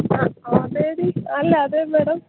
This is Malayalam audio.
ആ അതേ അതിൽ അല്ല അതെ മേഡം